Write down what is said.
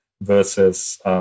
versus